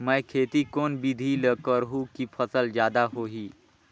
मै खेती कोन बिधी ल करहु कि फसल जादा होही